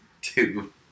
two